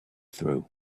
through